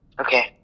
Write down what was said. Okay